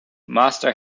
master